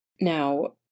now